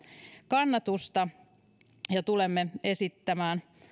kannatusta tulemme esittämään